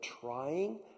trying